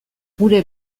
gure